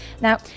Now